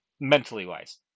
mentally-wise